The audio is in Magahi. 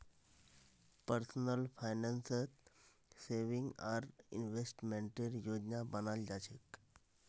पर्सनल फाइनेंसत सेविंग आर इन्वेस्टमेंटेर योजना बनाल जा छेक